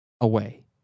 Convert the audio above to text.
away